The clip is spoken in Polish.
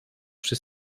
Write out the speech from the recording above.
przy